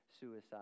suicide